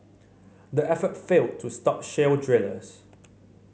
the effort failed to stop shale drillers